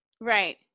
Right